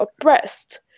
oppressed